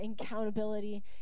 accountability